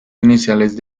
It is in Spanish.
iniciales